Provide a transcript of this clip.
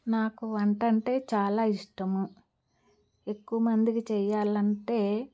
నాకు వంట అంటే చాలా ఇష్టము ఎక్కువ మందికి చెయ్యాలంటే